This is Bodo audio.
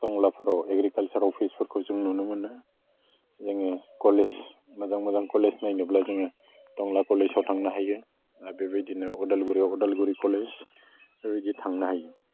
टंलाफोराव एग्रिकालसार अफिसफोरखौ जों नुनो मोनो जोङो कलेज मोजां मोजां कलेज नायनोब्ला जोङो टंला कलेजआव थांनो हायो आर बेबायदिनो अदालगुरियाव अदालगुरि कलेज बेबायदि थांनो हायो